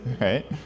right